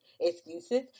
excuses